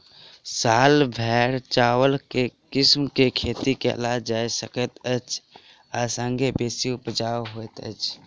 साल भैर चावल केँ के किसिम केँ खेती कैल जाय सकैत अछि आ संगे बेसी उपजाउ होइत अछि?